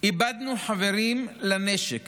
איבדנו חברים לנשק